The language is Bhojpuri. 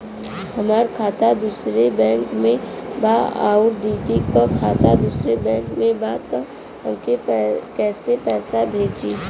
हमार खाता दूसरे बैंक में बा अउर दीदी का खाता दूसरे बैंक में बा तब हम कैसे पैसा भेजी?